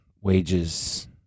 wages